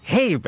Hey